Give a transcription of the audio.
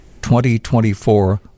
2024